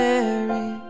Mary